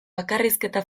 bakarrizketa